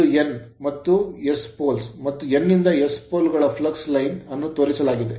ಇಲ್ಲಿ ಇದು N ಮತ್ತು S poles ಪೋಲ್ಗಳು ಮತ್ತು N ನಿಂದ S ಪೋಲ್ ಗೆ flux ಫ್ಲಕ್ಸ್ line ಲೈನ್ ಅನ್ನು ತೋರಿಸಲಾಗಿದೆ